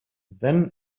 then